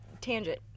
tangent